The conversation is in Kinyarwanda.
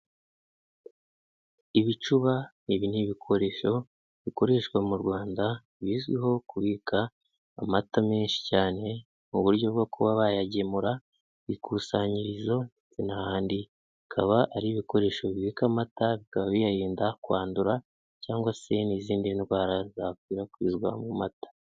Ibicuba, ibi n' ibikoresho bikoreshwa mu Rwanda bizwiho kubika amata menshi cyane, mu buryo bwo kuba bayagemura ku ikusanyirizo n'ahandi. Bikaba ari ibikoresho bibika amata, bikaba biyarinda kwandura cyangwa se n'izindi ndwara zakwirakwizwa mu mata.